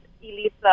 Elisa